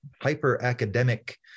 hyper-academic